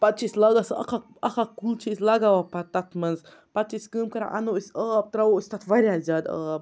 پَتہٕ چھِ أسۍ لاگان سُہ اَکھ اکھ اکھ اکھ کُل چھِ أسۍ لَگاوان پَتہٕ تَتھ مَنٛز پَتہٕ چھِ أسۍ کٲم کَران اَنو أسۍ آب ترٛاوو أسۍ تَتھ واریاہ زیادٕ آب